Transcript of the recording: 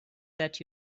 that